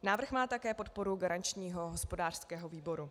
Návrh má také podporu garančního hospodářského výboru.